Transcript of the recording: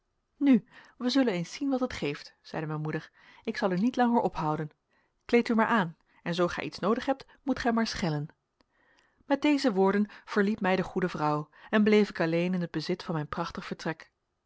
nu wij zullen eens zien wat het geeft zeide mijn moeder ik zal u niet langer ophouden kleed u maar aan en zoo gij iets noodig hebt moet gij maar schellen met deze woorden verliet mij de goede vrouw en bleef ik alleen in het bezit van mijn prachtig vertrek